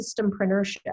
systempreneurship